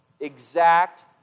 exact